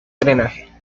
drenaje